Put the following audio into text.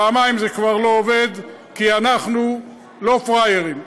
פעמיים זה כבר לא עובד, כי אנחנו לא פראיירים.